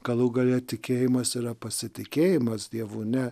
galų gale tikėjimas yra pasitikėjimas dievu ne